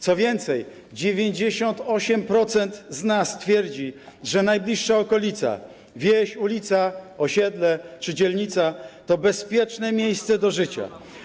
Co więcej, 98% z nas twierdzi, że najbliższa okolica, wieś, ulica, osiedle czy dzielnica to bezpieczne miejsce do życia.